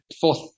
fourth